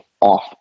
off